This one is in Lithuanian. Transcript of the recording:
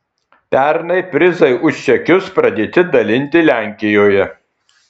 pernai prizai už čekius pradėti dalinti lenkijoje